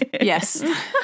Yes